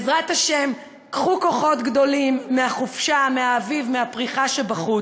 קחו כוחות גדולים מהחופשה, מהאביב, מהפריחה שבחוץ.